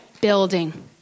building